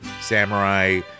Samurai